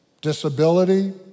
disability